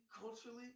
culturally